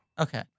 Okay